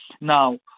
now